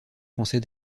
français